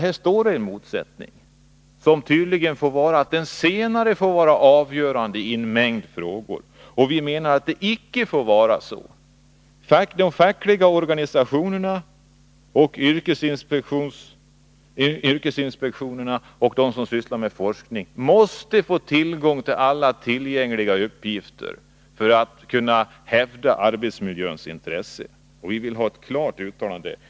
Här finns en motsättning, men det senare intresset får tydligen vara avgörande i en mängd frågor. Vi menar att det icke får vara så. De fackliga organisationerna, yrkesinspektionen och de som sysslar med forskning måste få tillgång till alla tillgängliga uppgifter för att kunna hävda arbetsmiljöintressena. Vi vill ha ett klart uttalande om detta.